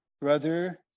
brother